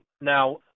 Now